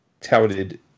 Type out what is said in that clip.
touted